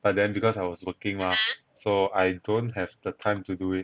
but then because I was working mah so I don't have the time to do it